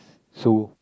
so